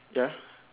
ya